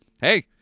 hey